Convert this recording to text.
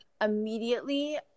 immediately